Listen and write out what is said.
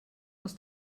aus